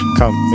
come